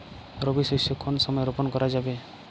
রবি শস্য কোন সময় রোপন করা যাবে?